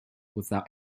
without